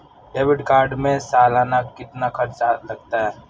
Debit card में सालाना कितना खर्च लगता है?